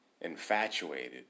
infatuated